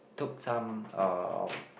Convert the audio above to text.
took some uh of